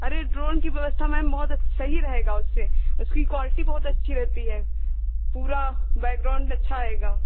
अरे ड्रोन की व्यवस्था मैम बहुत सही रहेगा उससे उसकी क्वाल्टी बहुत अच्छी रहती है पूरा बैकग्राउन्ड अच्छा आएगा